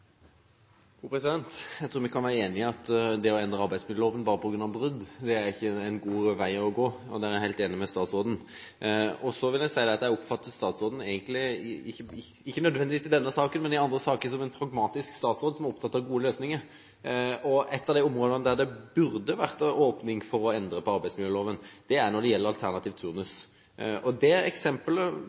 en god vei å gå. Der er jeg helt enig med statsråden. Så vil jeg si at jeg egentlig oppfatter statsråden – ikke nødvendigvis i denne saken, men i andre saker – som en pragmatisk statsråd som er opptatt av gode løsninger. Et av de områdene der det burde vært åpning for å endre på arbeidsmiljøloven, gjelder alternativ turnus. Eksempler som vi har blitt kjent med, og som har vært oppe flere ganger, er særlig innen helse eller barnevern, der en ser at brukerne blir mer fornøyde, det